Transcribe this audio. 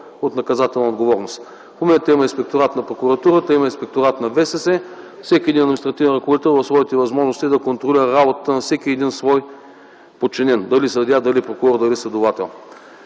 от наказателна отговорност. В момента има Инспекторат на прокуратурата, има Инспекторат на ВСС, всеки един административен ръководител е в своите възможности да контролира работата на всеки един свой подчинен – дали съдия, дали прокурор, дали следовател.